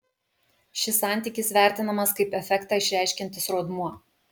šis santykis vertinamas kaip efektą išreiškiantis rodmuo